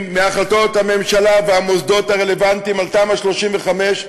מהחלטות הממשלה והמוסדות הרלוונטיים על תמ"א 35,